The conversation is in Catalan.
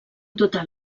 total